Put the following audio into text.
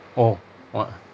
oh oh a'ah